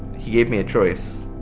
he gave me a choice.